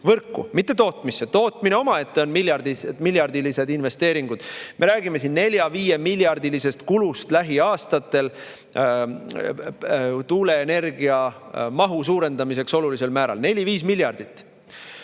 Võrku, mitte tootmisse! Tootmisse on omaette miljardilised investeeringud. Me räägime 4–5‑miljardilisest kulust lähiaastatel tuuleenergia mahu suurendamiseks olulisel määral. 4–5 miljardit!